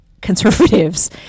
conservatives